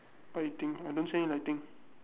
lighting I don't see any lighting